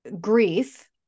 grief